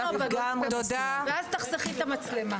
--- ואז תחסכי את המצלמה.